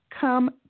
come